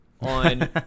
on